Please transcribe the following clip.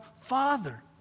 Father